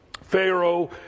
Pharaoh